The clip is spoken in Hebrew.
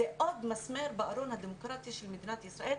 זה עוד מסמר בארון הדמוקרטי של מדינת ישראל,